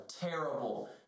terrible